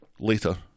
later